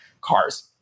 cars